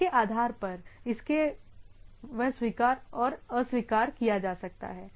इसके आधार पर इसके वह स्वीकार और अस्वीकार किया जा सकता है